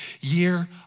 year